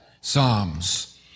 psalms